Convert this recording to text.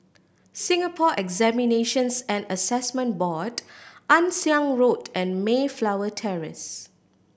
Singapore Examinations and Assessment Board Ann Siang Road and Mayflower Terrace